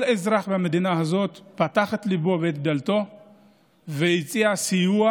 כל אזרח במדינה הזאת פתח את ליבו ואת דלתו והציע סיוע,